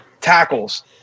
tackles